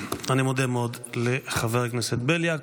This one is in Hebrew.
אני מודה מאוד לחבר הכנסת בליאק.